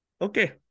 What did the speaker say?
Okay